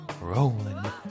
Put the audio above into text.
rolling